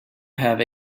have